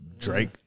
Drake